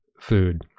food